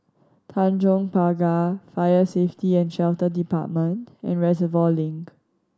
Tanjong Pagar Fire Safety And Shelter Department and Reservoir Link